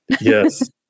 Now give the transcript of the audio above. Yes